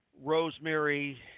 Rosemary